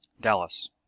Dallas